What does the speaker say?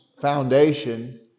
foundation